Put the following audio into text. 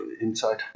inside